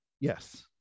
Yes